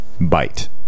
bite